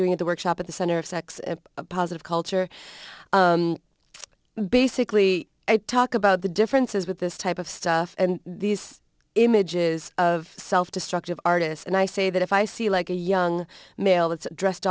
doing the workshop at the center of sex positive culture basically i talk about the differences with this type of stuff and these images of self destructive artists and i say that if i see like a young male that's dressed